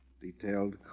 detailed